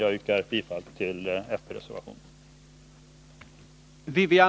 Jag yrkar bifall till fp-reservationen.